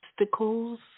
obstacles